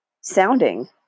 sounding